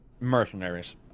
Mercenaries